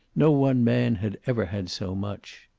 no one man had ever had so much.